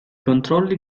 controlli